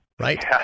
Right